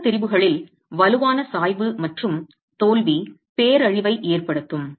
சுருக்க திரிபுகளில் வலுவான சாய்வு மற்றும் தோல்வி பேரழிவை ஏற்படுத்தும்